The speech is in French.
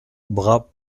bras